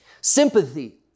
Sympathy